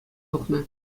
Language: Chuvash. тухнӑ